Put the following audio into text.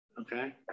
okay